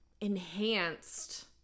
enhanced